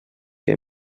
què